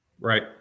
Right